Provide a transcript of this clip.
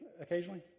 occasionally